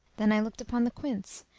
then i looked upon the quince,